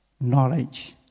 knowledge